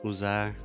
Usar